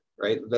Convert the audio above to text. right